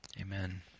Amen